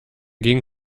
ging